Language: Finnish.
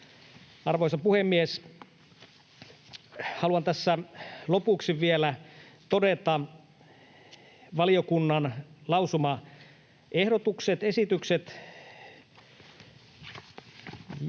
Arvoisa puhemies! Haluan tässä lopuksi vielä todeta valiokunnan lausumaehdotukset. Valiokunta